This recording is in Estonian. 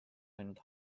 ainult